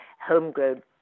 homegrown